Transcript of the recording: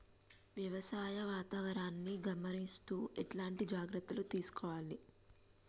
వ్యవసాయ వాతావరణాన్ని గమనిస్తూ ఎట్లాంటి జాగ్రత్తలు తీసుకోవాలే?